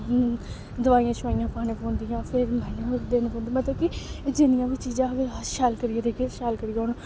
दवाइयां शवाइयां पाने पौंदियां फिर मैन्यूर देना पौंदी मतलब क्योंकि जिन्नियां बी चीज़ां शैल अस करियै देगे शैल करियै होना